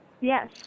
Yes